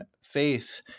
faith